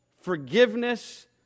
forgiveness